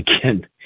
again